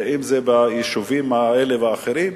אם ביישובים האלה והאחרים,